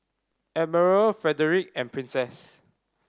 Admiral Frederic and Princess